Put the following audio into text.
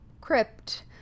crypt